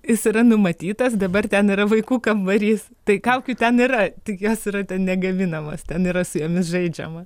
jis yra numatytas dabar ten yra vaikų kambarys tai kaukių ten yra tik jos yra ten negaminamos ten yra su jomis žaidžiama